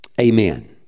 Amen